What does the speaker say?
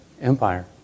empire